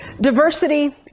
Diversity